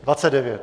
29.